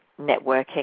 networking